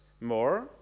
more